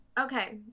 Okay